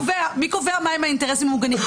--- אני שואלת אותך מי קובע מה הם האינטרסים המוגנים?